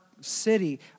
city